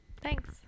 Thanks